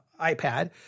iPad